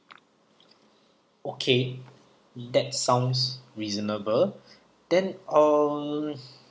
okay that sounds reasonable then um